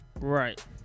Right